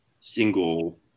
single